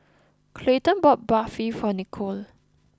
Clayton bought Barfi for Nicolle